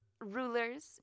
rulers